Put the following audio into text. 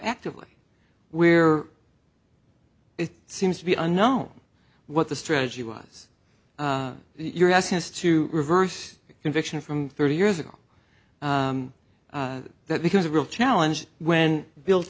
actively where it seems to be unknown what the strategy was you're asking us to reverse conviction from thirty years ago because a real challenge when built